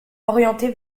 orientée